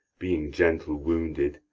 being gentle wounded,